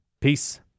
Peace